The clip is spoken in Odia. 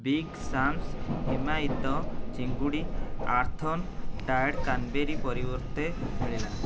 ବିଗ୍ ସାମ୍ସ ହିମାୟିତ ଚିଙ୍ଗୁଡ଼ି ଆର୍ଥ୍ଅନ୍ ଡ୍ରାଏଡ଼୍ କ୍ରାନ୍ବେରୀ ପରିବର୍ତ୍ତେ ମିଳିଲା